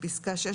בפסקה (6),